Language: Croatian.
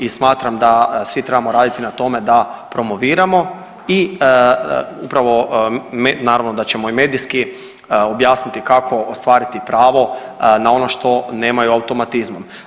I smatram da svi trebamo raditi na tome da promoviramo i upravo naravno da ćemo i medijski objasniti kako ostvariti pravo na ono što nemaju automatizmom.